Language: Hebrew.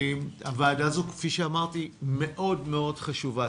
הוועדה הזו, כפי שאמרתי, מאוד מאוד חשובה.